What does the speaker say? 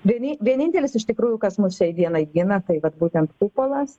vieni vienintelis iš tikrųjų kas mus šiai dienai gina tai vat būtent kupolas